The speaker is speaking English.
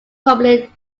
prominent